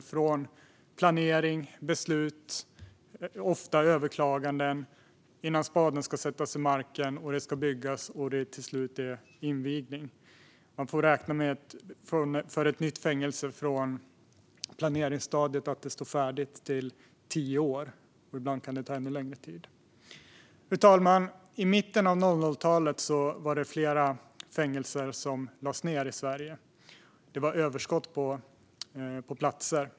Det är planering och beslut, och ofta överklaganden, innan spaden sätts i marken och det till slut är invigning av det som byggts. Man får räkna med att det tar tio år från planeringsstadiet till att ett nytt fängelse står färdigt. Ibland kan det ta ännu längre tid. Fru talman! I mitten av 00-talet lades flera fängelser ned i Sverige. Det var överskott på platser.